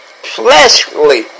fleshly